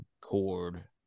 cord